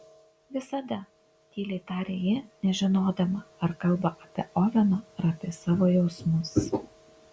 visada tyliai tarė ji nežinodama ar kalba apie oveno ar apie savo jausmus